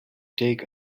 take